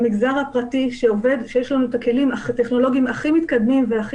המגזר הפרטי שעובד וזה שיש לנו את הכלים הטכנולוגיים הכי מתקדמים והכי